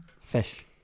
Fish